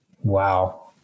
Wow